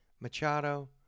Machado